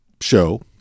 show